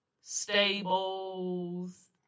Stables